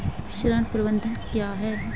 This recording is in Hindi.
ऋण प्रबंधन क्या है?